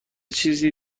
چیزی